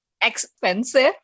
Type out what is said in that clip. expensive